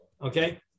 Okay